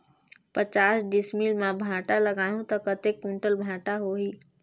पचास डिसमिल मां भांटा लगाहूं ता कतेक कुंटल भांटा होही?